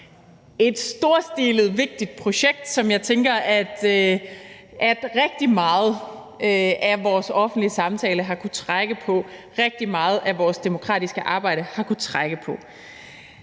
et storstilet og vigtigt projekt, som jeg tænker at rigtig meget af vores offentlige samtale og rigtig meget af vores demokratiske arbejde har kunnet trække på.